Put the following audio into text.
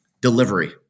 delivery